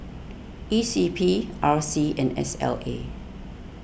E C P R C and S L A